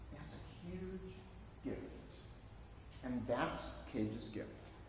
huge gift and that's cage's gift.